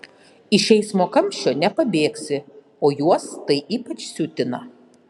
iš eismo kamščio nepabėgsi o juos tai ypač siutina